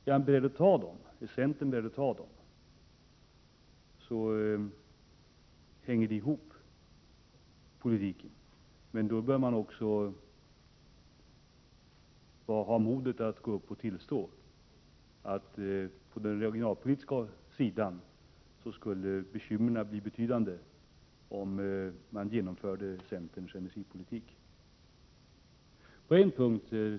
Är centern beredd att ta dem, hänger politiken ihop, men då bör man också ha modet att tillstå att på den regionalpolitiska sidan skulle bekymren bli betydande om centerns energipolitik genomfördes.